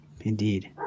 Indeed